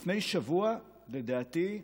לפני שבוע, לדעתי,